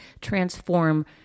transform